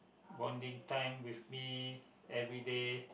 bonding time with me everyday